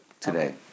today